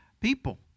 people